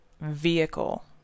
vehicle